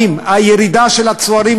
הירידה בצוערים,